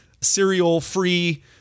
cereal-free